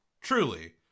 Truly